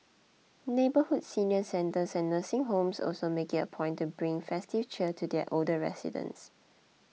neighbourhood senior centres and nursing homes also make it a point to bring festive cheer to their older residents